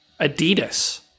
Adidas